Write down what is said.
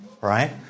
right